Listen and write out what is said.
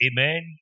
Amen